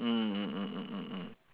mm mm mm mm mm mm